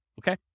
okay